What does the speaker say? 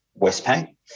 Westpac